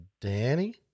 Danny